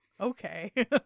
Okay